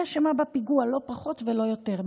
היא אשמה בפיגוע, לא פחות ולא יותר.